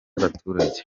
abaturage